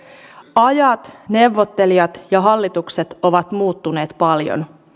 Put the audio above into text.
ajat neuvottelijat ja hallitukset ovat muuttuneet paljon